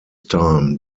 time